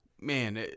Man